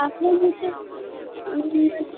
আপনার জুতো মানে